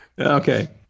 Okay